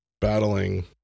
battling